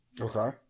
Okay